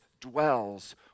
dwells